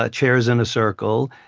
ah chairs in a circle,